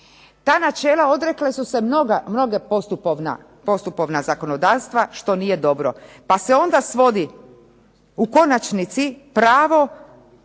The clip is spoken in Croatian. Ta načela odrekla su se mnoga postupovna zakonodavstva što nije dobro, pa se onda svodi u konačnici pravo